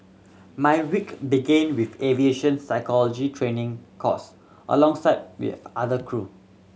my week began with aviation physiology training course alongside with other crew